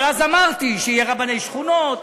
אבל אז אמרתי שיהיו רבני שכונות,